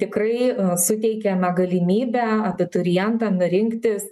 tikrai suteikiame galimybę abiturientam rinktis